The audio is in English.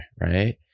right